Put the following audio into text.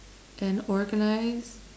and organize